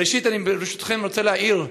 ראשית, ברשותכם, אני רוצה להעיר,